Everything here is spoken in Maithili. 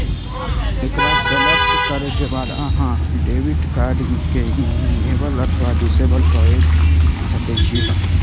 एकरा सेलेक्ट करै के बाद अहां डेबिट कार्ड कें इनेबल अथवा डिसेबल कए सकै छी